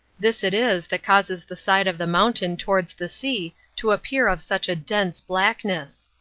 this it is that causes the side of the mountain towards the sea to appear of such a dense blackness.